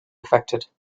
affected